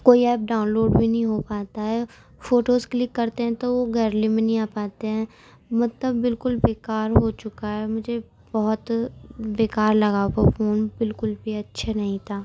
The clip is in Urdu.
کوئی ایپ ڈاؤن لوڈ بھی نہیں ہو پاتا ہے فوٹوز کلک کرتے ہیں تو وہ گیرلی میں نہیں آ پاتے ہیں مطلب بالکل بے کار ہو چکا ہے مجھے بہت بے کار لگا وہ فون بالکل بھی اچھا نہیں تھا